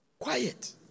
Quiet